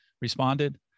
responded